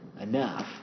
enough